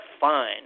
fine